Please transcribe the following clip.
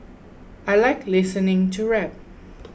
I like listening to rap